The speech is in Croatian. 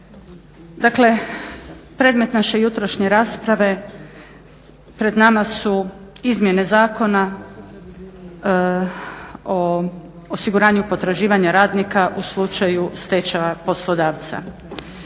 Dakle, predmet naše jutrošnje rasprave pred nama su izmjene Zakona o osiguranju potraživanja radnika u slučaju stečaja poslodavca.